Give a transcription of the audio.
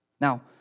Now